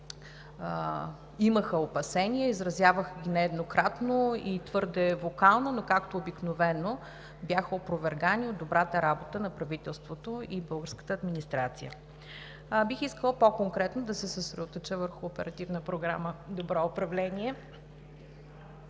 имаха опасения, изразяваха ги нееднократно и твърде вокално, но както обикновено бяха опровергани от добрата работа на правителството и българската администрация. Бих искала по-конкретно да се съсредоточа върху Оперативна програма „Добро управление“,